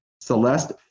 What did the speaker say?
Celeste